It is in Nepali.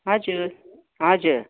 हजुर हजुर